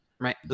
right